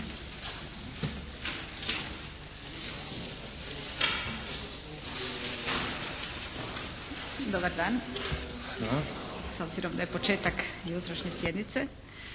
Dobar dan, s obzirom da je početak jutrošnje sjednice.